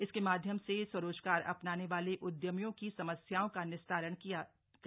इसके माध्यम से स्वरोजगार अपनाने वाले उदयमियों की समस्याओं का निस्तारण किया गया